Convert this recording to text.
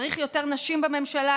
צריך יותר נשים בממשלה,